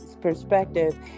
perspective